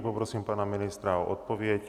Poprosím pana ministra o odpověď.